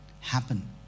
happen